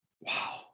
Wow